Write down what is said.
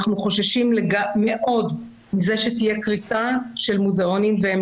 אנחנו חוששים מאוד שתהיה קריסה של מוזיאונים והם